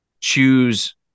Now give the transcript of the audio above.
choose